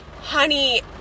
Honey